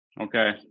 Okay